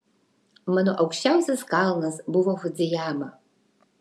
mano aukščiausias kalnas buvo fudzijama